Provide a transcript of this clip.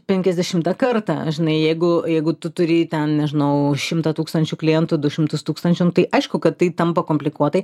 penkiasdešimtą kartą žinai jeigu jeigu tu turi ten nežinau šimtą tūkstančių klientų du šimtus tūkstančių nu tai aišku kad tai tampa komplikuotai